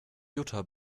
jutta